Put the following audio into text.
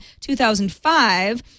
2005